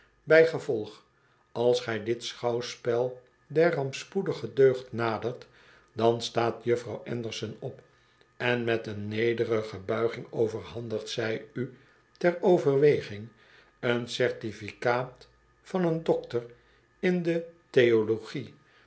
ontnemen bijgevolg als gij dit schouwspel der rampspoedige deugd nadert dan staat juffrouw anderson op en met een nederige buiging overhandigt zij u ter overweging een certificaat van een doctor in de theologie